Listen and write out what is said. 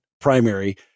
primary